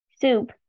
soup